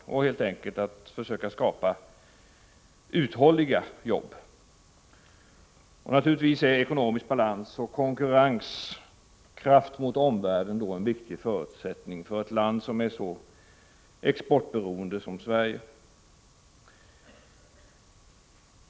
Vi vill helt enkelt försöka skapa varaktiga arbeten. Naturligtvis är ekonomisk balans och konkurrens och kraft mot omvärlden en viktig förutsättning för ett land som Sverige, som är så exportberoende.